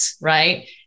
right